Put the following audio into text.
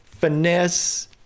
finesse